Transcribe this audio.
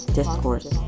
discourse